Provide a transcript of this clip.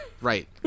right